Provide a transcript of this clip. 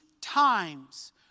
times